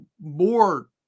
more